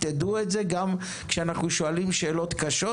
גם כשאנחנו שואלים שאלות קשות.